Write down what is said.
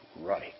right